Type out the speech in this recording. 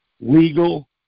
Legal